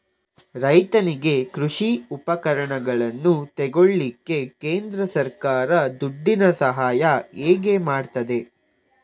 ರೈತನಿಗೆ ಕೃಷಿ ಉಪಕರಣಗಳನ್ನು ತೆಗೊಳ್ಳಿಕ್ಕೆ ಕೇಂದ್ರ ಸರ್ಕಾರ ದುಡ್ಡಿನ ಸಹಾಯ ಹೇಗೆ ಮಾಡ್ತದೆ?